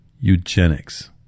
eugenics